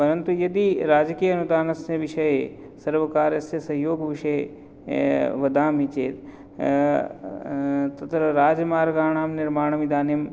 परन्तु यदि राजकीय अनुदानस्य विषये सर्वकारस्य सहयोगविषये वदामि चेत् तत्र राजमार्गाणां निर्माणम् इदानीं